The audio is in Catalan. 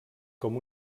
com